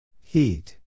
Heat